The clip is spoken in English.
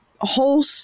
whole